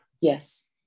Yes